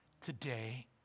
Today